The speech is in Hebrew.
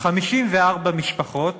54 משפחות